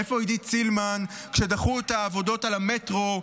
איפה עידית סילמן כשדחו את העבודות על המטרו?